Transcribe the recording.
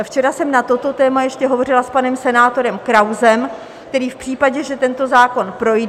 Včera jsem na toto téma ještě hovořila s panem senátorem Krausem, který mi v případě, že tento zákon projde...